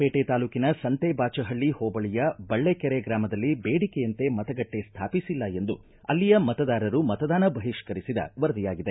ಪೇಟೆ ತಾಲೂಕಿನ ಸಂತೆಬಾಚಹಳ್ಳಿ ಹೋಬಳಿಯ ಬಳ್ಳಕೆರೆ ಗ್ರಾಮದಲ್ಲಿ ಬೇಡಿಕೆಯಂತೆ ಮತಗಟ್ಟೆ ಸ್ಥಾಪಿಸಿಲ್ಲ ಎಂದು ಅಲ್ಲಿಯ ಮತದಾರರು ಮತದಾನ ಬಹಿಷ್ಕರಿಸಿದ ವರದಿಯಾಗಿದೆ